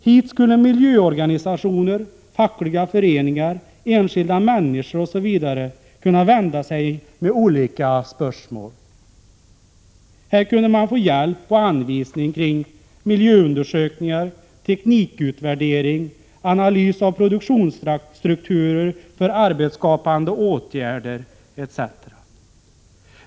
Hit skulle miljöorganisationer, fackliga föreningar, enskilda människor osv. kunna vända sig med olika spörsmål. Här kunde man få hjälp och anvisning kring miljöundersökningar, teknikutvärdering, analys av produktionsstrukturer för arbetsskapande åtgärder etc.